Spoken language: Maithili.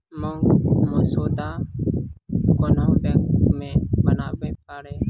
मांग मसौदा कोन्हो बैंक मे बनाबै पारै